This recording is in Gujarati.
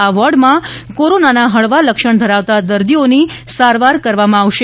આ વોર્ડમાં કોરોનાના હળવા લક્ષણ ધરાવતા દર્દીઓની સારવાર કરવામાં આવશે